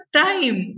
time